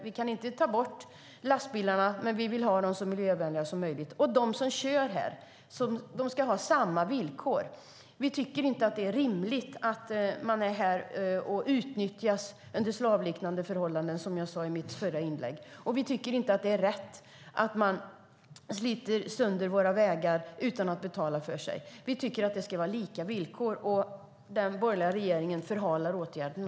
Vi kan inte ta bort lastbilarna, men vi vill ha dem så miljövänliga som möjligt. De som kör här ska ha samma villkor. Vi tycker inte att det är rimligt att de är här och utnyttjas under slavliknande förhållanden, som jag sade i mitt förra inlägg. Vi tycker inte att det är rätt att man sliter sönder våra vägar utan att betala för sig. Vi tycker att det ska vara lika villkor, och den borgerliga regeringen förhalar åtgärderna.